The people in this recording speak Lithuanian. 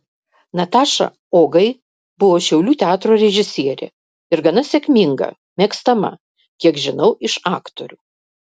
nataša ogai buvo šiaulių teatro režisierė ir gana sėkminga mėgstama kiek žinau iš aktorių